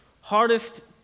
Hardest